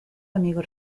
amigos